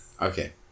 Okay